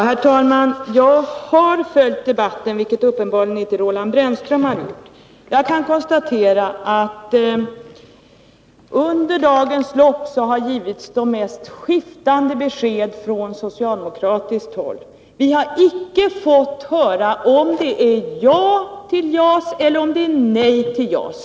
Herr talman! Jag har följt debatten, vilket uppenbarligen inte Roland Brännström har gjort. Under dagens lopp har det givits de mest skiftande besked från socialdemokratiskt håll. Vi har icke fått höra att socialdemokraterna säger ja till JAS eller nej till JAS.